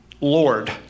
Lord